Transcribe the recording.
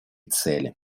цели